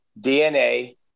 DNA